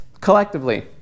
collectively